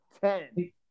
ten